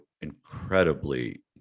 incredibly